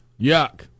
yuck